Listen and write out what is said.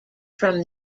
from